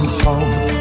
home